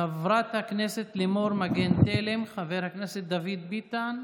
חברת הכנסת לימור מגן תלם, חבר הכנסת דוד ביטן.